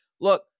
look